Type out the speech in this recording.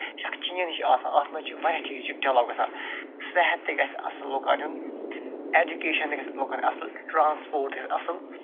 یہِ چھِ اکھ چین ہِش آسان اتھ منٛز چھِ وارِیاہ چیٖزِ چھِ ڈٮ۪ولاپ گَژھان صحت تہِ گَسہِ اَصٕل لُکن ہُنٛد اٮ۪جُکیشن تہِ گَژھِ لُکن اَصٕل ٹرٛانسپوٹ تہِ اَصٕل